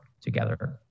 together